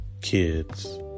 kids